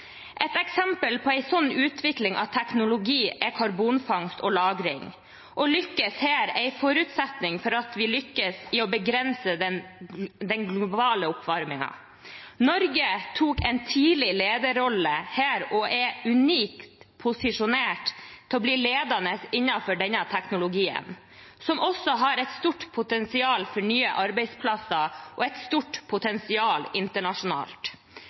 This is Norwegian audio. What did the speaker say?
Et eksempel på en slik utvikling av teknologi er karbonfangst og -lagring. Å lykkes med det er en forutsetning for at vi skal lykkes med å begrense den globale oppvarmingen. Norge tok tidlig en lederrolle på dette området og er unikt posisjonert til å bli ledende innenfor denne teknologien, som også har et stort potensial for nye arbeidsplasser og et stort potensial internasjonalt.